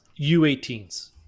U18s